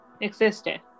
existed